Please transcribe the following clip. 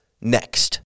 next